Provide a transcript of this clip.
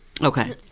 Okay